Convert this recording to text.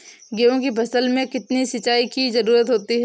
गेहूँ की फसल में कितनी सिंचाई की जरूरत होती है?